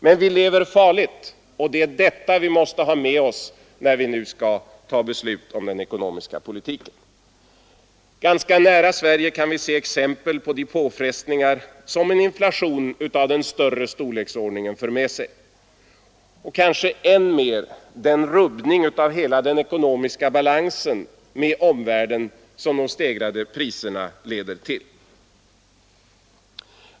Men vi lever farligt, och det är detta vi måste ha med oss, när vi nu skall fatta Ganska nära Sverige kan vi se exempel på de påfrestningar som en inflation av den större storleken för med sig och kanske än mer den rubbning av hela den ekonomiska balansen med omvärlden som de stegrade priserna har lett till.